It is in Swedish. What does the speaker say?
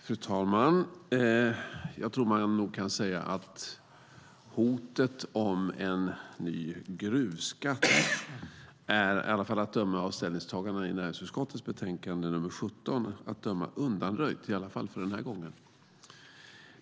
Fru talman! Jag tror att man nog kan säga att hotet om en ny gruvskatt att döma av ställningstagandena i näringsutskottets betänkande nr 17 är undanröjt, i alla fall för den här gången.